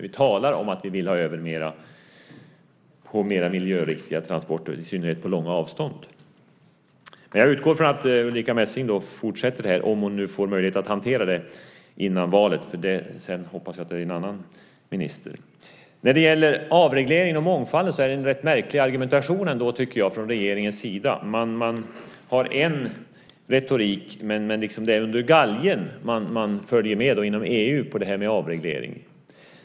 Vi talar om att vi vill ha över mer gods på mer miljöriktiga transporter, och i synnerhet på långa avstånd. Jag utgår från att Ulrica Messing fortsätter med detta, om hon nu får möjlighet att hantera frågan innan valet. Sedan hoppas jag att det är en annan minister. När det gäller avregleringen och mångfalden är det en rätt märklig argumentation från regeringens sida. Man har en retorik, men det är under galgen man följer med inom EU på detta med avregleringen.